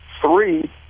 three